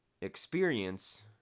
experience